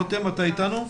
רותם, אתה איתנו?